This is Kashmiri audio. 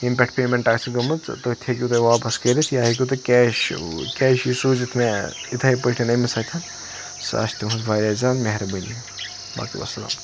یمہ پٮ۪ٹھ پےمنٹ آسہِ گٔمٕژ تٔتھۍ ہیٚکِو تُہۍ واپَس کٔرِتھ یا ہیٚکِو تُہۍ کیش کیشٕے سوٗزِتھ مےٚ یِتھے پٲٹھۍ أمس اَتھ سۄ آسہِ تُہٕنٛز واریاہ زیادٕ مہربٲنی باقٕے وَسَلام